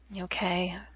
Okay